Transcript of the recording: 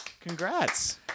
Congrats